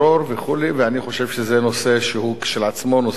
ואני חושב שזה נושא שהוא כשלעצמו נושא מעניין.